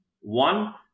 One